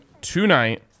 tonight